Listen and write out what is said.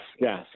yes